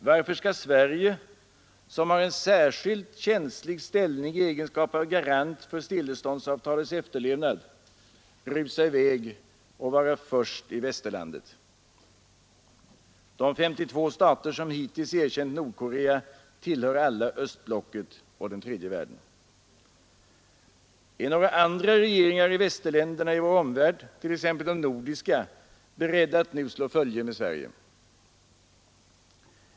Varför skall Sverige, som har en särskilt känslig ställning i egenskapen av garant för stilleståndsavtalets efterlevnad, rusa i väg och vara först i västerlandet? De 52 stater som hittills har erkänt Nordkorea tillhör alla östblocket och den tredje världen. Är några andra regeringar i västländerna i vår omvärld, t.ex. de nordiska, beredda att nu slå följe med Sverige?